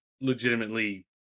legitimately